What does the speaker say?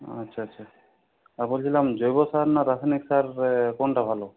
আচ্ছা আচ্ছা আর বলছিলাম জৈব সার না রাসায়নিক সার কোনটা ভালো